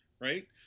right